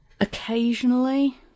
Occasionally